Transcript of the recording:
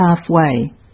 halfway